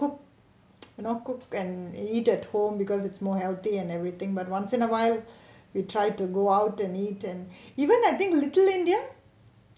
cook you know cook and eat at home because it's more healthy and everything but once in a while we try to go out and eat and even I think little india